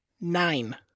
nine